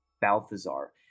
Balthazar